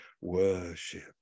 worship